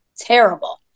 terrible